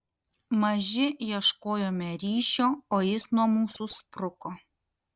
maži ieškojome ryšio o jis nuo mūsų spruko